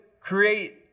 create